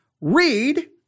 Read